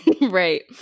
Right